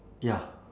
ya